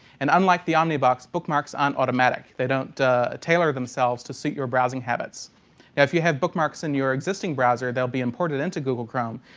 and unlike the omnibox, bookmarks aren't automatic. they don't tailor themselves to suit your browsing habits. now yeah if you have bookmarks in your existing browser they'll be imported into google chrome.